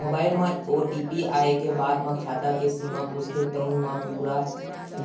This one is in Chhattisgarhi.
मोबाईल म ओ.टी.पी आए के बाद म खाता के सीमा पूछथे तउन म पूरा